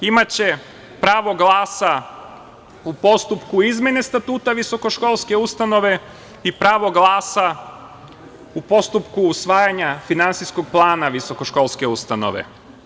Imaće pravo glasa u postupku izmene Statuta visokoškolske ustanove i pravo glasa u postupku usvajanja finansijskog plana visokoškolske ustanove.